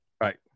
Right